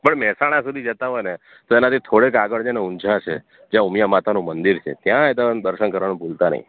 પણ મહેસાણા સુધી જતાં હોય ને તો એનાથી થોડેક આગળ છે ને ઊંઝા છે ત્યાં ઉમિયા માતાનું મંદિર છે ત્યાંય તમે દર્શન કરવાનું ભૂલતા નહીં